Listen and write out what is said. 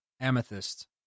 Amethyst